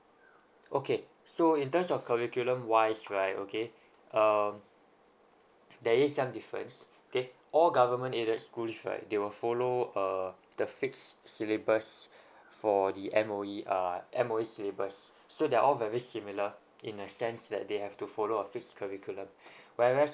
okay so in terms of curriculum wise right okay um there is some difference okay all government aided schools right they will follow err the fixed syllabus for the M_O_E err M_O_E syllabus so they're all very similar in a sense that they have to follow a fixed curriculum whereas